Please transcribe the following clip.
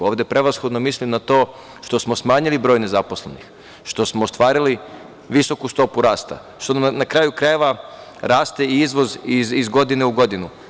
Ovde prevashodno mislim na to što smo smanjili broj nezaposlenih, što smo ostvarili visoku stopu rasta, što nam na kraju krajeva raste i izvoz iz godine u godinu.